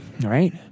right